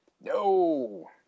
No